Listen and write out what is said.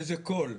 איזה 'כל'?